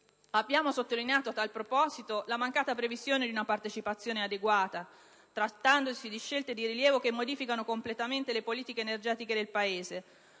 abbiamo sottolineato la mancata previsione di una partecipazione adeguata, trattandosi di scelte di rilievo che modificano completamente le politiche energetiche del Paese;